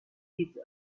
pizza